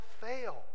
fail